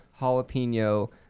jalapeno